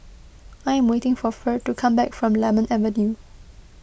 I am waiting for Ferd to come back from Lemon Avenue